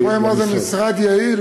אתה רואה מה זה משרד יעיל?